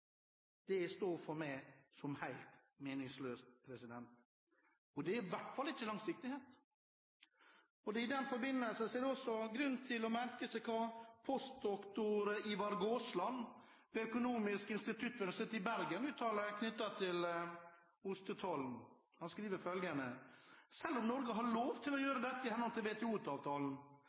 Det står for meg som helt meningsløst. Det er i hvert fall ikke langsiktighet. I den forbindelse er det også grunn til å merke seg hva postdoktor Ivar Gaasland ved Institutt for økonomi ved Universitetet i Bergen uttaler om ostetollen. Han sier: «Selv om Norge har lov til å gjøre dette i henhold til